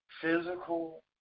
physical